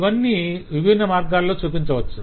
అవన్నీ విభిన్న మార్గాల్లో చూపించవచ్చు